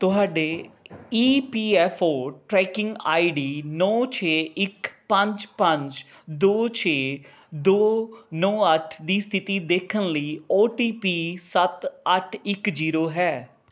ਤੁਹਾਡੇ E P F O tracking I D ਨੌ ਛੇ ਇੱਕ ਪੰਜ ਪੰਜ ਦੋ ਛੇ ਦੋ ਨੌ ਅੱਠ ਦੀ ਸਥਿਤੀ ਦੇਖਣ ਲਈ ਓ ਟੀ ਪੀ ਸੱਤ ਅੱਠ ਇੱਕ ਜ਼ੀਰੋ ਹੈ